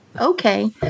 Okay